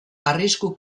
arrisku